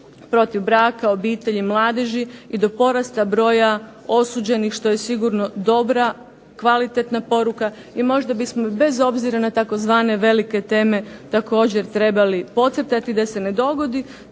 protiv braka, obitelji i mladeži i do porasta broja osuđenih što je sigurno dobra, kvalitetna poruka i možda bismo bez obzira na tzv. velike teme također trebali podcrtati da se ne dogodi